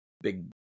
big